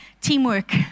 Teamwork